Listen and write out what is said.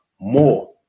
more